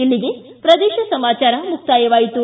ಇಲ್ಲಿಗೆ ಪ್ರದೇಶ ಸಮಾಚಾರ ಮುಕ್ತಾಯವಾಯಿತು